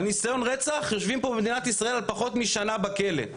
על ניסיון רצח יושבים פה במדינת ישראל פחות משנה בכלא,